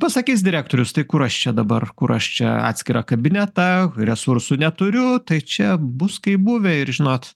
pasakys direktorius tai kur aš čia dabar kur aš čia atskirą kabinetą resursų neturiu tai čia bus kaip buvę ir žinot